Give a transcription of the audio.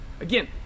Again